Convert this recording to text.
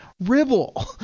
Ribble